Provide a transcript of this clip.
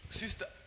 sister